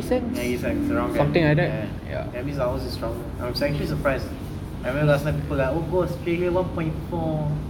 ninety cents around there ya that means means ours is stronger I'm actually surprised I remember last time people were like go australia one point four